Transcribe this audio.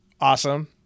awesome